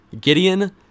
Gideon